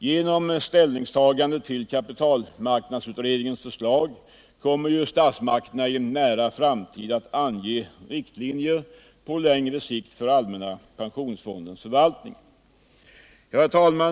Genom ställningstagande till kapitalmarknadsutredningens förslag kommer ju statsmakterna i en nära framtid att ange riktlinjer på längre sikt för allmänna pensionsfondens förvaltning. Herr talman!